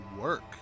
work